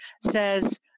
says